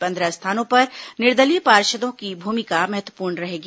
पंद्रह स्थानों पर निर्दलीय पार्षदों की भूमिका महत्वपूर्ण रहेगी